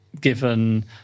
given